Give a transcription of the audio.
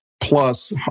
plus